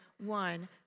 one